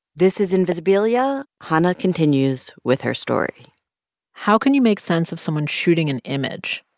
this is invisibilia. hanna continues with her story how can you make sense of someone shooting an image?